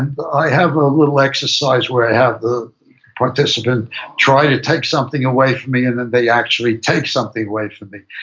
i have a little exercise where i have the participant try to take something away from me, and then they actually take something away from me,